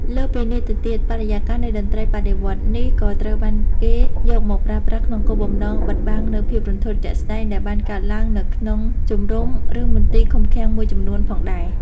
លើសពីនេះទៅទៀត បរិយាកាសនៃតន្ត្រីបដិវត្តន៍នេះ ក៏ត្រូវបានគេយកមកប្រើប្រាស់ក្នុងគោលបំណងបិទបាំងនូវភាពរន្ធត់ជាក់ស្ដែងដែលបានកើតឡើងនៅក្នុងជម្រុំ ឬមន្ទីរឃុំឃាំងមួយចំនួនផងដែរ។